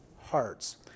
hearts